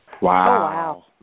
Wow